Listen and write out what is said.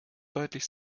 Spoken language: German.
deutlich